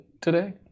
today